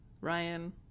Ryan